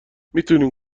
میتونیم